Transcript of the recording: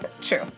True